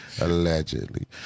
Allegedly